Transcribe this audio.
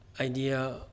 idea